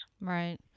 Right